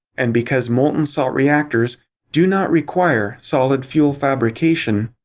and because molten salt reactors do not require solid fuel fabrication,